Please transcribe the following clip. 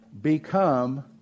become